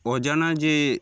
অজানা যে